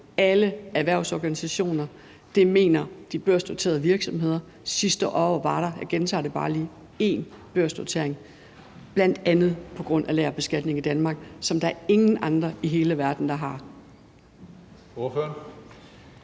alle erhvervsorganisationer. Det mener de børsnoterede virksomheder. Sidste år var der – jeg gentager det bare lige – én børsnotering i Danmark, bl.a. på grund af lagerbeskatning, som ingen andre i hele verden har.